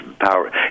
power